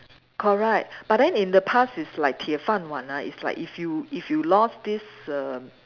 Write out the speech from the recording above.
correct but then in the past is like 铁饭碗 one ah is like if you if you lost this err